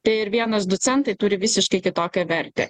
tai ir vienas du centai turi visiškai kitokią vertę